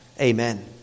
Amen